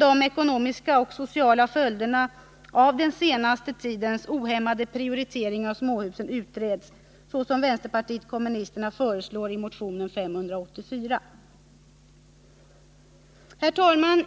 de ekonomiska och sociala följderna av den senaste tidens ohämmade prioritering av småhus utreds, såsom vänsterpartiet kommunisterna föreslår i motionen 584. Fru talman!